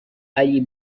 ari